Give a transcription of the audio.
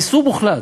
איסור מוחלט.